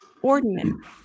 ordinance